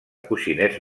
coixinets